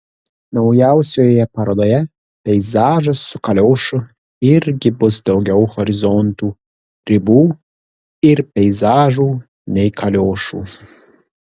naujausioje parodoje peizažas su kaliošu irgi bus daugiau horizontų ribų ir peizažų nei kaliošų